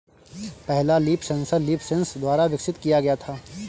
पहला leaf sensor LeafSense द्वारा विकसित किया गया था